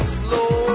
slow